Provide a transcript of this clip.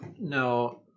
No